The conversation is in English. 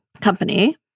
company